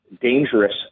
dangerous